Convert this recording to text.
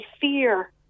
fear